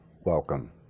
welcome